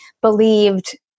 believed